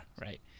right